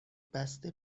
بسته